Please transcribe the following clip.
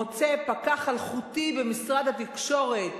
מוצא פקח אלחוטי במשרד התקשורת,